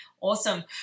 Awesome